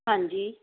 ਹਾਂਜੀ